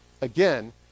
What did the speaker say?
Again